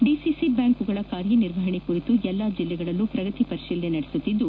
DCC bank ಗಳ ಕಾರ್ಯನಿರ್ವಹಣೆ ಕುರಿತು ಎಲ್ಲಾ ಜಿಲ್ಲೆಗಳಲ್ಲೂ ಶ್ರಗತಿ ಪರಿಶೀಲನೆ ನಡೆಸುತ್ತಿದ್ದು